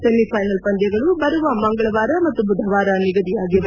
semifinal ಪಂದ್ಲಗಳು ಬರುವ ಮಂಗಳವಾರ ಮತ್ತು ಬುಧವಾರ ನಿಗದಿಯಾಗಿವೆ